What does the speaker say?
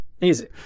Easy